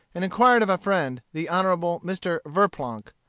and inquired of a friend, the hon. mr. verplanck.